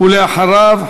ואחריו,